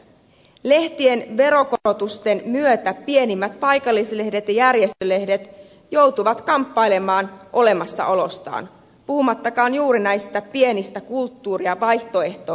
lehtien veronkorotusten myötä pienimmät paikallislehdet ja järjestölehdet joutuvat kamppailemaan olemassaolostaan puhumattakaan juuri näistä pienistä kulttuuri ja vaihtoehtolehdistä